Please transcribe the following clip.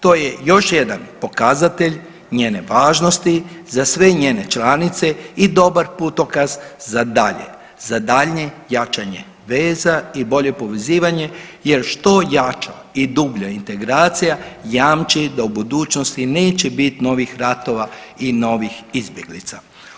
To je još jedan pokazatelj njene važnosti za sve njene članice i dobar putokaz za dalje, za daljnje jačanje veza i bolje povezivanje jer što jača i dublja integracija jamči da u budućnosti neće bit novih ratova i novih izbjeglica.